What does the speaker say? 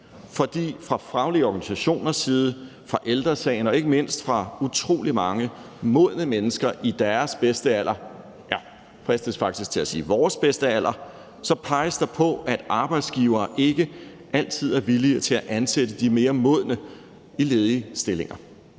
for fra faglige organisationers side, fra Ældre Sagens side og ikke mindst fra utrolig mange mennesker i deres bedste alder – jeg fristes faktisk til at sige: i vores bedste alder – peges der på, at arbejdsgivere ikke altid er villige til at ansætte de mere modne i ledige stillinger.